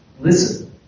listen